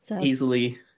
easily